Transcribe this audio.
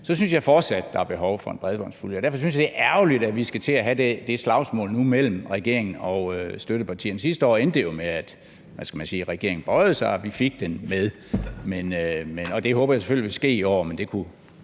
så synes jeg fortsat, der er behov for en bredbåndspulje, og derfor synes jeg, det er ærgerligt, at vi nu skal til at have det slagsmål mellem regeringen og støttepartierne. Sidste år endte det jo med – hvad skal man sige – at regeringen bøjede sig, og vi fik den med, og det håber jeg selvfølgelig vil ske i år, men det kunne